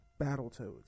Battletoads